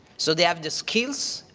so they have the skills.